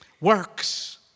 Works